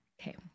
Okay